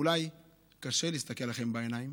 אולי קשה להסתכל לכם בעיניים